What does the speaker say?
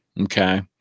okay